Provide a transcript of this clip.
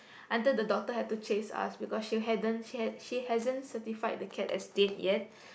until the doctor had to chase us because she hadn't she had she hasn't certified the cat as dead yet